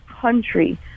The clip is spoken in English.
country